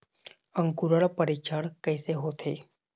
अंकुरण परीक्षण कैसे होथे?